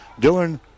Dylan